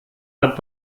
hat